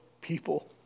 people